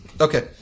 Okay